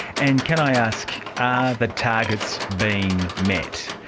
and can i ask, are the targets being met?